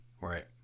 Right